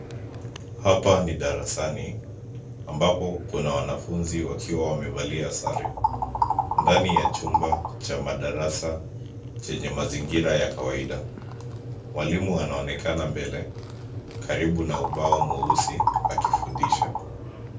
Hapa ni darasani ambapo kuna wanafunzi wakiwa wamevalia sare, ndani ya chumba cha madarasa chenye mazingira ya kawaida. Mwalimu anaonekana mbele karibu na ubao mweusi akifundisha.